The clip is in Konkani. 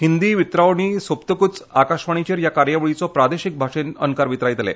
हिंदी वितरावणी सोपतकूच आकाशवाणीचेर ह्या कार्यावळीचो प्रादेशीक भाशेन अणकार वितरायतले